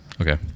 Okay